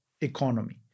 economy